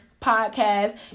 podcast